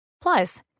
Plus